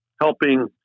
helping